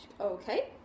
Okay